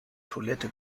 toilette